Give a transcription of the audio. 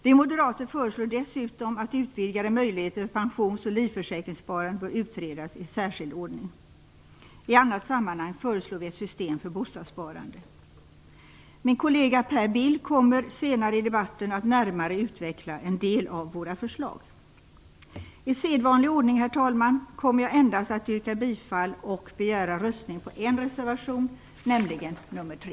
Vi moderater föreslår dessutom att utvidgade möjligheter för pensions och livförsäkringssparande bör utredas i särskild ordning. I annat sammanhang föreslår vi ett system för bostadssparande. Min kollega, Per Bill, kommer senare i debatten att närmare utveckla en del av våra förslag. I sedvanlig ordning, herr talman, kommer jag endast att yrka bifall till och begära rösträkning på reservation 3.